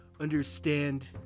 understand